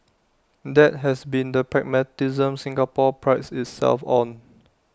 that has been the pragmatism Singapore prides itself on